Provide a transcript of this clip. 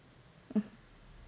mm